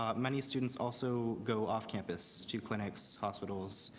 um many students also go off campus to clinics, hospitals,